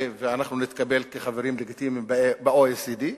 ואנחנו נתקבל כחברים לגיטימיים ב-OECD,